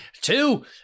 two